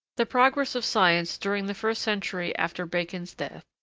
the progress of science, during the first century after bacon's death,